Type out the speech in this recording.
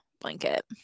blanket